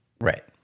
Right